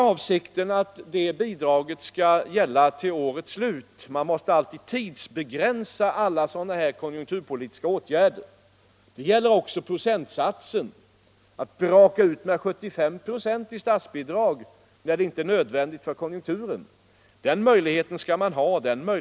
Avsikten är att dessa bidrag skall utgå till årets slut. Man måste alltid tidsbegränsa sådana här konjunturpolitiska åtgärder. Det gäller också procentsatsen. Man skall inte braka ut med 75 96 i statsbidrag när det inte är nödvändigt för konjunkturen. Den möjligheten skall man ha kvar.